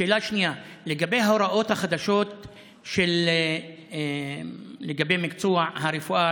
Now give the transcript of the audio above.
שאלה שנייה: לגבי ההוראות החדשות לגבי מקצוע הרפואה,